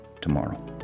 tomorrow